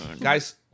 Guys